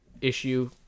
issue